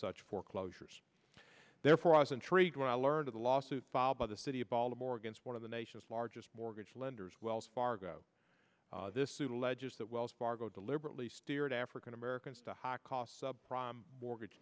such foreclosures therefore i was intrigued when i learned of the lawsuit filed by the city of baltimore against one of the nation's largest mortgage lenders wells fargo this suit alleges that wells fargo deliberately steered african americans to high cost subprime mortgage